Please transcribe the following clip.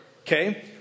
Okay